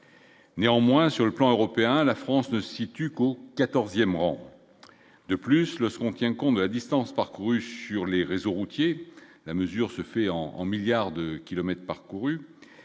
Néanmoins, sur le plan européen, la France ne se situe qu'au 14ème rang de plus lorsqu'on tient compte de la distance parcourue sur les réseaux routiers, la mesure se fait en en milliards de kilomètres parcourus